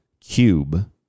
cube